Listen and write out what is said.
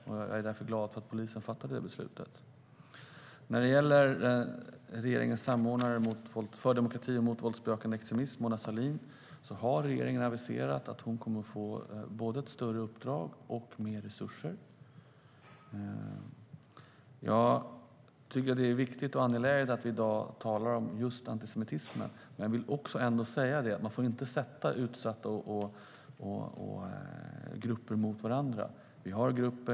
Jag är därför glad för att polisen fattade det beslutet. Jag tycker att det är angeläget att vi i dag talar om just antisemitismen, men jag vill ändå säga att man inte får sätta utsatta grupper mot varandra.